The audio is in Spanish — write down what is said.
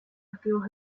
activos